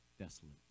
desolate